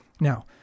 Now